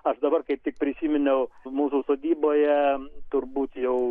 aš dabar kaip tik prisiminiau mūsų sodyboje turbūt jau